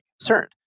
concerned